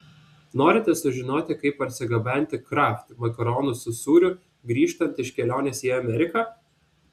norite sužinoti kaip parsigabenti kraft makaronų su sūriu grįžtant iš kelionės į ameriką